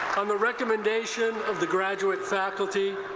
on the recommendation of the graduate faculty,